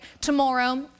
tomorrow